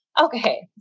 okay